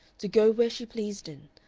to go where she pleased in,